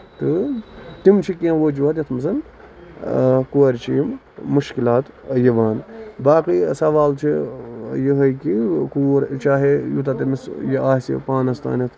تہٕ تِم چھِ کیٚنہہ ؤجوٗحات یَتھ منٛر کورِ چھِ یِم مُشکِلا یِوان باقی سوال چھُ یِہوے کہِ کوٗر چاہے یوٗتاہ تٔمِس یہِ آسہِ پانَس تانیتھ